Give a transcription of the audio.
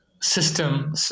system